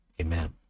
Amen